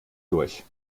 durch